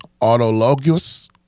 autologous